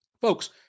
Folks